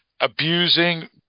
abusing